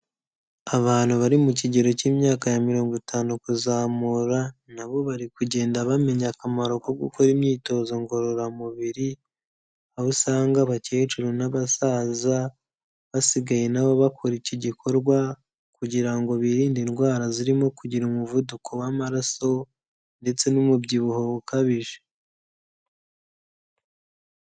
Abantu bari mu kigero cy'imyaka ya mirongo itanu kuzamura, nabo bari kugenda bamenya akamaro ko gukora imyitozo ngororamubiri, aho usanga abakecuru n'abasaza basigaye nabo bakora iki gikorwa, kugira ngo birinde indwara zirimo kugira umuvuduko w'amaraso, ndetse n'umubyibuho ukabije.